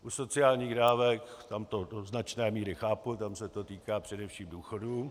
U sociálních dávek to do značné míry chápu, tam se to týká především důchodů.